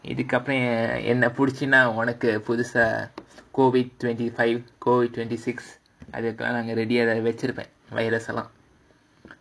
இதுக்கப்புறம் என்ன புடிச்சின்னா உனக்கு புதுசா:idhukkappuram enna pidichinaa unakku pudhusaa COVID twenty five COVID twenty six ready ah வச்சிருப்பேன்:vachiruppaen virus லாம்:laam